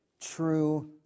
True